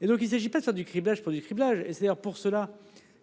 et donc il s'agit pas de faire du criblage pour des criblage c'est-à-dire pour cela